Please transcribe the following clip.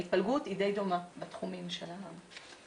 ההתפלגות היא די דומה בתחומים של האשרות.